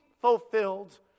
fulfilled